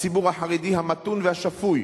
הציבור החרדי המתון והשפוי,